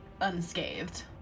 unscathed